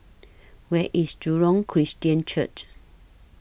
Where IS Jurong Christian Church